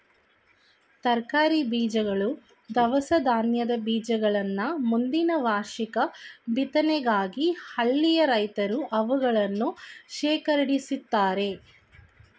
ತರಕಾರಿ ಬೀಜಗಳು, ದವಸ ಧಾನ್ಯದ ಬೀಜಗಳನ್ನ ಮುಂದಿನ ವಾರ್ಷಿಕ ಬಿತ್ತನೆಗಾಗಿ ಹಳ್ಳಿಯ ರೈತ್ರು ಅವುಗಳನ್ನು ಶೇಖರಿಸಿಡ್ತರೆ